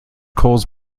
coles